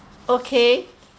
okay